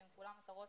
שהן כולן מטרות.